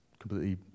completely